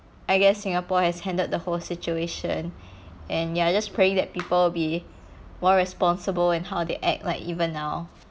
I guess singapore has handled the whole situation and ya just praying that people be more responsible and how they act like even now